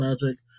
Magic